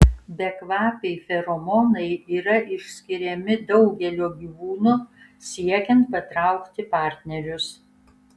bekvapiai feromonai yra išskiriami daugelio gyvūnų siekiant patraukti partnerius